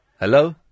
Hello